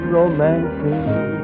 romantic